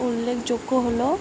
উল্লেখযোগ্য হল